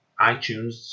iTunes